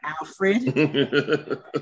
alfred